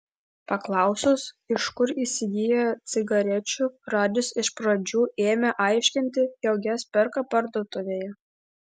paklausus iš kur įsigyja cigarečių radžis iš pradžių ėmė aiškinti jog jas perka parduotuvėje